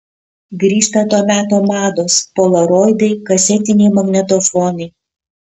grįžta to meto mados polaroidai kasetiniai magnetofonai